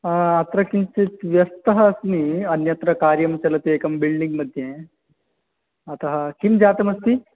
अत्र किञ्चित् व्यस्तः अस्मि अन्यत्र कार्यं चलति एकं बिल्डिङ्ग् मध्ये अतः किं जातमस्ति